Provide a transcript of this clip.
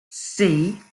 stennis